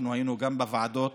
אנחנו היינו גם בוועדות